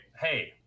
hey